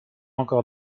encore